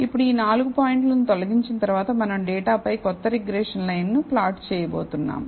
ఇప్పుడు ఈ నాలుగు పాయింట్లను తొలగించిన తరువాత మనం డేటాపై కొత్త రిగ్రెషన్ లైన్ను ప్లాట్ చేయబోతున్నాం